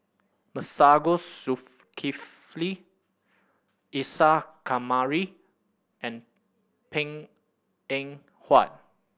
Masagos Zulkifli Isa Kamari and Png Eng Huat